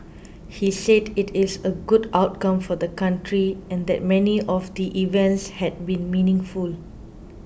he said it is a good outcome for the country and that many of the events had been meaningful